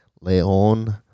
Leon